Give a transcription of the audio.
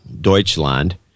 Deutschland